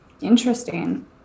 Interesting